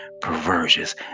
perversions